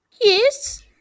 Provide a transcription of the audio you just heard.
yes